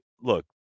look